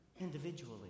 individually